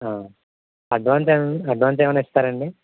advance ఏమన్న advance ఏమన్న ఇస్తారండి